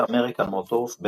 ואמריקן מוטורס,